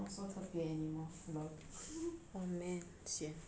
oh man sian